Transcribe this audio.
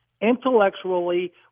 intellectually